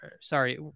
sorry